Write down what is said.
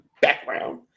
background